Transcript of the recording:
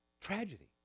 Tragedy